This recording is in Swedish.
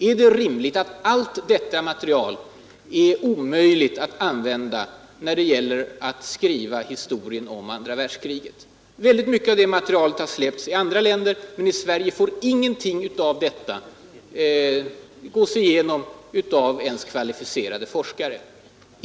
Är det bra att Sovjet under andra v detta material är omöjligt att använda när det gäller att skriva Sveriges historia om andra världskriget? Mycket av det materialet har släppts ut i andra länder, men i Sverige får ingenting av detta läsas igenom av ens kvalificerade forskare.